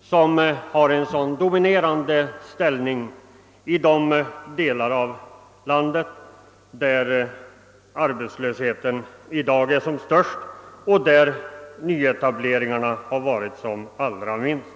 som har en så dominerande ställning i de delar av landet där företagsutvecklingen varit mest gynnsam och nyetableringsmöjligheterna allra störst.